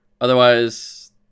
otherwise